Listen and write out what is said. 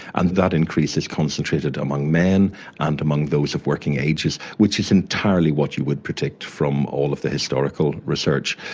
and that increase is concentrated among men and among those of working ages, which is entirely what you would predict from all of the historical research.